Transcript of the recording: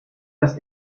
das